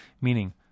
meaning